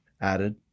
added